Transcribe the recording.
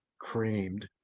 creamed